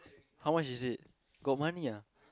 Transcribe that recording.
how much is it got money ah